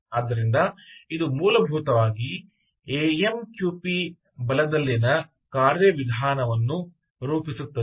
ಆದ್ದರಿಂದ ಇದು ಮೂಲಭೂತವಾಗಿ ಎ ಎಂ ಕ್ಯೂ ಪಿ ಬಲದಲ್ಲಿನ ಕಾರ್ಯವಿಧಾನವನ್ನು ರೂಪಿಸುತ್ತದೆ